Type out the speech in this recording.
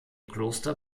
kloster